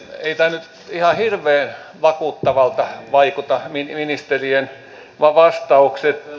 eivät nyt ihan hirveän vakuuttavilta vaikuta ministerien vastaukset